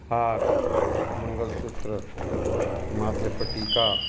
हार मंगलसूत्र माथे पर टीका